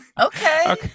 Okay